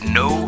no